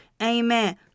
Amen